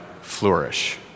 flourish